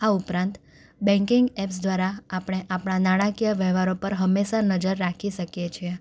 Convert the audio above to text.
આ ઉપરાંત banking apps દ્વારા આપણે આપણા નાણાકીય વ્યવહારો પર હંમેશા નજર રાખી શકીએ છીએ